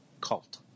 cult